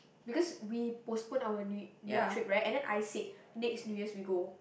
because we postpone our new New-York trip right and then I said next New-Year's we go